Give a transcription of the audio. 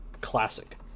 classic